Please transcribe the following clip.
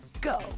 Go